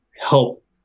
help